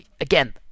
Again